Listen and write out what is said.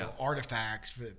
artifacts